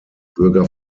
bürger